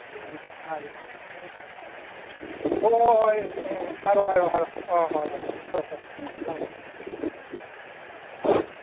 ꯑꯩꯁꯨ ꯊꯥꯒꯦ ꯍꯣꯏ ꯍꯣꯏ ꯍꯣꯏ ꯎꯝ ꯍꯥꯏꯔꯛꯑꯣ ꯍꯥꯏꯔꯛꯑꯣ ꯍꯥꯏꯔꯛꯑꯣ ꯑꯥꯎ ꯍꯣꯏ ꯍꯣꯏ ꯐꯔꯦ ꯐꯔꯦ ꯎꯝ ꯊꯝꯃꯣ ꯊꯝꯃꯣ ꯎꯝ